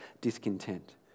discontent